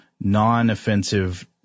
non-offensive